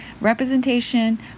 Representation